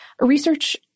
Research